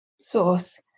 source